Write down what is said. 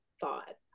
thought